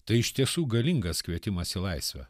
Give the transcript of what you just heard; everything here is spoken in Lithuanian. tai iš tiesų galingas kvietimas į laisvę